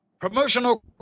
promotional